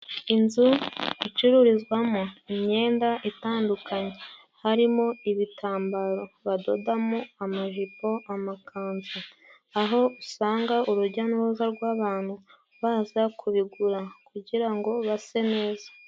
Inzu icururizwamo imyenda itandukanye harimo ibitambaro badodamo amajipo, amakanzu. Aho usanga urujya n'uruza rw'abantu baza kubigura kugira ngo base neza.